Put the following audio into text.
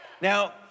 Now